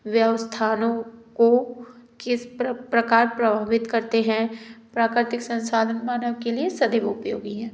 व्यवस्थानों को किस प्रकार प्रभावित करते हैं प्राकृतिक संसाधन मानव के लिए सदुपयोगी हैं